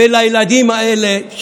ולילדים האלה,